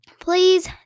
please